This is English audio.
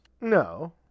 No